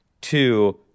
Two